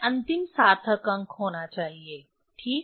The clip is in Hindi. यह अंतिम सार्थक अंक होना चाहिए ठीक